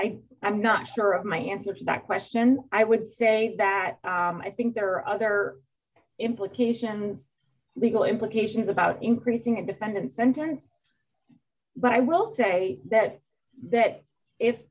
am not sure of my answer to that question i would say that i think there are other implications legal implications about increasing a defendant sentence but i will say that that if